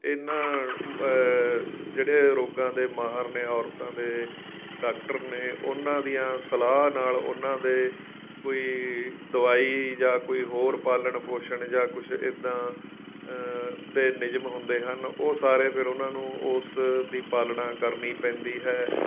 ਇਹਨਾਂ ਜਿਹੜੇ ਰੋਗਾਂ ਦੇ ਮਾਹਰ ਨੇ ਔਰਤਾਂ ਦੇ ਡਾਕਟਰ ਨੇ ਉਹਨਾਂ ਦੀਆਂ ਸਲਾਹ ਨਾਲ ਉਹਨਾਂ ਦੇ ਕੋਈ ਦਵਾਈ ਜਾਂ ਕੋਈ ਹੋਰ ਪਾਲਣ ਪੋਸ਼ਣ ਜਾਂ ਕੁਝ ਇੱਦਾਂ ਦੇ ਨਿਯਮ ਹੁੰਦੇ ਹਨ ਉਹ ਸਾਰੇ ਫਿਰ ਉਹਨਾਂ ਨੂੰ ਉਸ ਦੀ ਪਾਲਣਾ ਕਰਨੀ ਪੈਂਦੀ ਹੈ